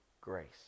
grace